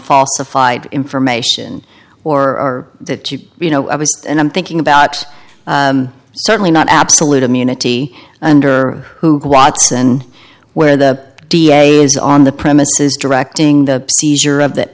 falsified information or that keep you know and i'm thinking about it's certainly not absolute immunity under who grotz and where the da is on the premises directing the seizure of th